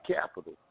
capital